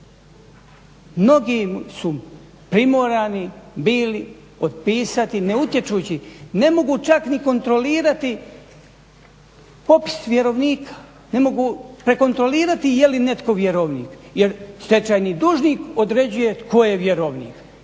Mnogi su primorani bili otpisati ne utječući, ne mogu čak ni kontrolirati popis vjerovnika, ne mogu prekontrolirati je li netko vjerovnik jer stečajni dužnik određuje tko je vjerovnik.